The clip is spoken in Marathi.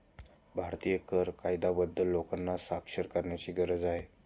भारतीय कर कायद्याबद्दल लोकांना साक्षर करण्याची गरज आहे